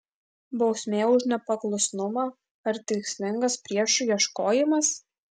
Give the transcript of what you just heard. bausmė už nepaklusnumą ar tikslingas priešų ieškojimas